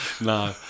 No